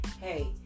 hey